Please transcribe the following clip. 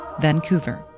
Vancouver